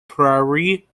prairie